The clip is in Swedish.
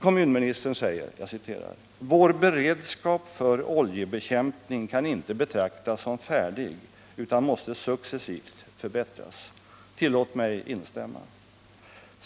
Kommunministern säger att vår beredskap för oljebekämpning inte kan betraktas som färdig utan måste successivt förbättras. Tillåt mig instämma.